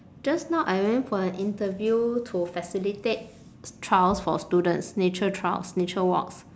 just now I went for an interview to facilitate trails for students nature trails nature walks